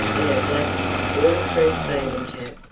in her black waterproof bathing-cap,